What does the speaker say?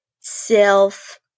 self